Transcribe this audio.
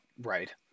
right